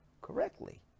correctly